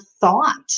thought